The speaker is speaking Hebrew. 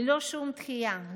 ללא שום דחייה,